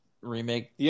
remake